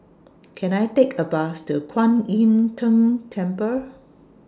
Can I Take A Bus to Kwan Im Tng Temple